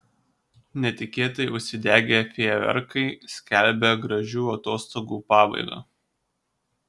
netikėtai užsidegę fejerverkai skelbia gražių atostogų pabaigą